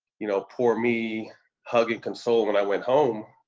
you know, poor me hugging, consoled when i went home,